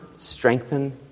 strengthen